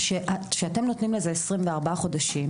כאשר אתם נותנים לזה 24 חודשים,